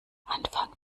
anfang